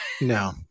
no